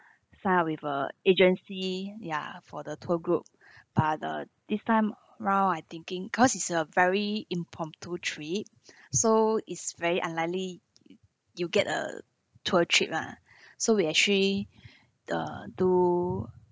sign up with a agency ya for the tour group but the this time round I thinking cause is a very impromptu trip so is very unlikely you get a tour trip lah so we actually the do